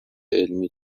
علمی